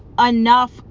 enough